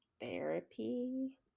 therapy